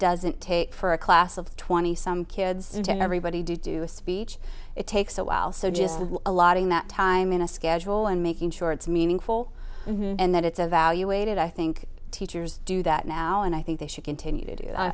doesn't take for a class of twenty some kids to everybody do a speech it takes a while so just a lot in that time in a schedule and making sure it's meaningful and that it's evaluated i think teachers do that now and i think they should continue to do